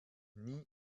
nie